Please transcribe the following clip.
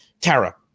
Tara